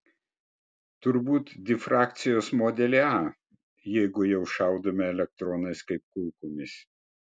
turbūt difrakcijos modelį a jeigu jau šaudome elektronais kaip kulkomis